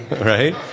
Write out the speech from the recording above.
Right